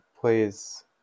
plays